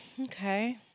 Okay